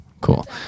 cool